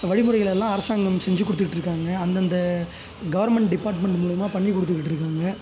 வழிமுறைகள எல்லாம் அரசாங்கம் செஞ்சுக் கொடுத்துட்ருக்காங்க அந்தந்த கவர்மெண்ட் டிப்பார்ட்மெண்ட் மூலயமா பண்ணி கொடுத்துக்கிட்ருக்காங்க